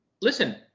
Listen